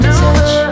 touch